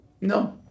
No